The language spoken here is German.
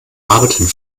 arbeiten